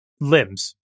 limbs